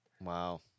Wow